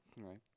Right